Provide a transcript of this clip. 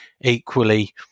equally